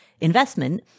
investment